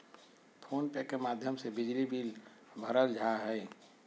phone पे के माध्यम से बिजली बिल भरल जा हय